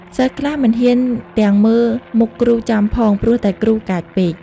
សិស្សខ្លះមិនហ៊ានទាំងមើលមុខគ្រូចំផង ព្រោះតែគ្រូកាចពេក។